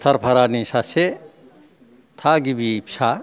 सुथारफारानि सासे थागिबि फिसा